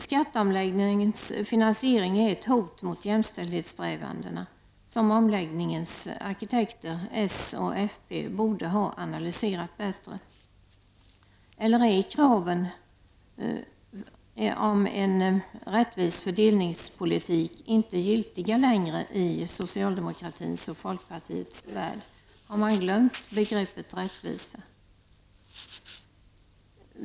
Skatteomläggningens finansiering är ett hot mot jämställdhetssträvandena, som omläggningens arkitekter socialdemokraterna och folkpartiet borde ha analyserat bättre. Eller är kraven på en rättvis fördelningspolitik inte giltiga längre i socialdemokratins och folkpartiets värld? Har de glömt begreppet rättvisa?